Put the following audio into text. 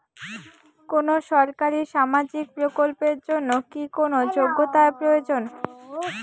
কোনো সরকারি সামাজিক প্রকল্পের জন্য কি কোনো যোগ্যতার প্রয়োজন?